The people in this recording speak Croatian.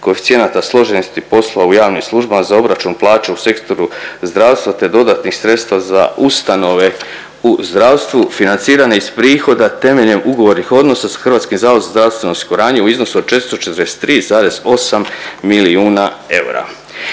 koeficijenata složenosti poslova u javnim službama za obračun plaća u sektoru zdravstva, te dodatnih sredstava za ustanove u zdravstvu financirane iz prihoda temeljem ugovornih odnosa s HZZO u iznosu od 443,8 milijuna eura.